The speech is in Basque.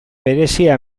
berezia